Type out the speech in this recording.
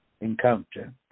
Encounter